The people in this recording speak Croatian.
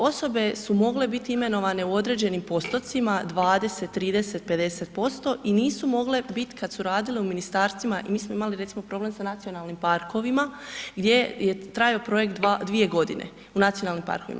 Osobe su mogle biti imenovane u određenim postocima 20, 30, 50% i nisu mogle biti kada su radile u ministarstvima, mi smo imali recimo problem sa nacionalnim parkovima gdje je trajao projekt dvije godine u nacionalnim parkovima.